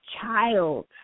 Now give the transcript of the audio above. child